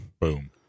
Boom